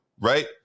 right